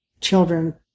children